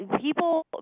People